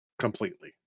completely